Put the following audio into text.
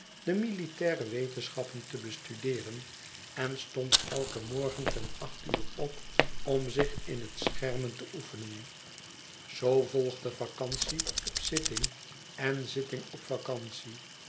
de militaire wetenschappen te bestudeeren en stond eiken morgen ten acht uur op om zich in het schermen te oefenen zoo volgde vacantie op zitting en zitting op